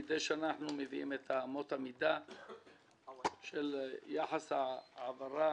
מידי שנה אנחנו מביאים את אמות המידה של יחס ההעברה